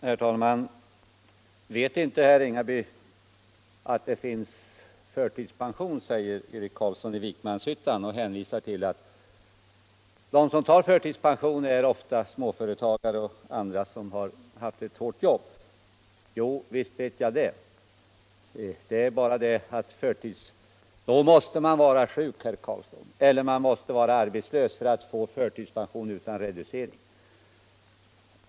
Herr talman! Vet inte herr Ringaby att det finns förtidspension, säger Eric Carlsson i Vikmanshyttan och hänvisar till att de som tar förtidspension ofta är småföretagare och andra som haft ett hårt jobb. Jo, visst vet jag det. Det är bara det att man måste vara sjuk eller arbetslös för att få förtidspension utan reducering.